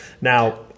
Now